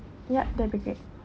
yup that'll be great